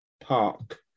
Park